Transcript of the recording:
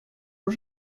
aux